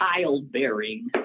childbearing